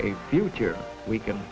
a future we can